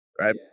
right